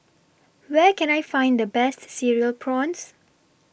Where Can I Find The Best Cereal Prawns